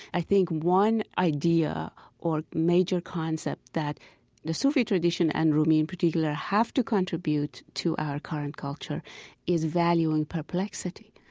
i think one idea or major concept that the sufi tradition and rumi in particular have to contribute to our current culture is value in perplexity,